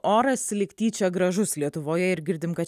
oras lyg tyčia gražus lietuvoje ir girdim kad